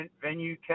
venue